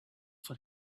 for